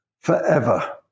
forever